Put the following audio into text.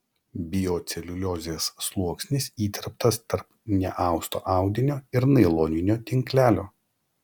bioceliuliozės sluoksnis įterptas tarp neausto audinio ir nailoninio tinklelio